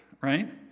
right